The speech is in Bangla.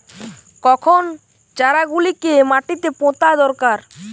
কখন চারা গুলিকে মাটিতে পোঁতা দরকার?